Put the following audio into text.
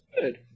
good